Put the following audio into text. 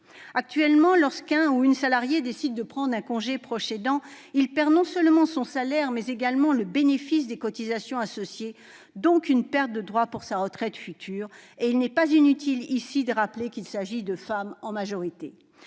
Actuellement, lorsqu'un salarié décide de prendre un congé de proche aidant, il perd non seulement son salaire, mais également le bénéfice des cotisations associées, ce qui signifie une perte de droit pour sa retraite future. Il n'est pas inutile ici de rappeler qu'il s'agit en majorité